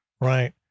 Right